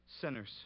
sinners